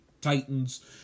Titans